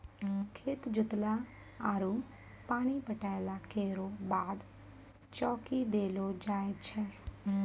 खेत जोतला आरु पानी पटैला केरो बाद चौकी देलो जाय छै?